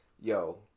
yo